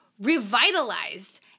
revitalized